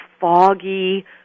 foggy